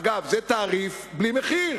אגב, זה תעריף בלי מחיר.